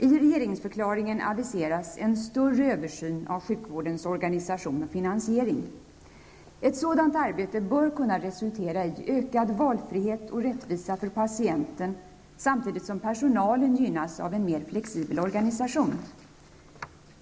I regeringsförklaringen aviseras en omfattande översyn av sjukvårdens organisation och finansiering. Ett sådant arbete bör kunna resultera i ökad valfrihet och rättvisa för patienten samtidigt som personalen gynnas av en mer flexibel organisation.